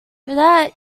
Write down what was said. without